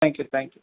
thank you thank you